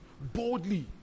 boldly